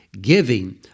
giving